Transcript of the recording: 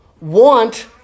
want